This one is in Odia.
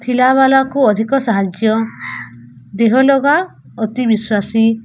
ଥିଲାବାଲାକୁ ଅଧିକ ସାହାଯ୍ୟ ଦେହଲଗା ଅତି ବିଶ୍ୱାସୀ